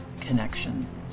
connection